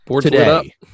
Today